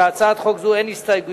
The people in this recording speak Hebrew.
להצעת חוק זו אין הסתייגויות.